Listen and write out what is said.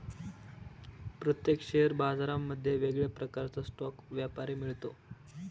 प्रत्येक शेअर बाजारांमध्ये वेगळ्या प्रकारचा स्टॉक व्यापारी मिळतो